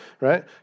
right